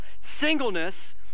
singleness